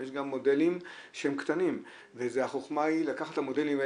יש גם מודלים שהם קטנים והחוכמה היא לקחת את המודלים האלה,